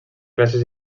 classes